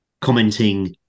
commenting